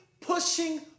pushing